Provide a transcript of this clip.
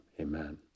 amen